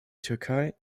türkei